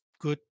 good